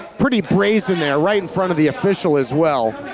pretty brazen there, right in front of the official as well.